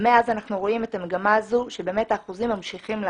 ומאז אנחנו רואים את המגמה הזאת כאשר באמת האחוזים ממשיכים לעלות.